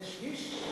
זה שליש?